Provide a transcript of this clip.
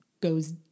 goes